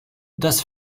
das